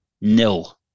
nil